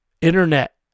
internet